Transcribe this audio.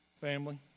family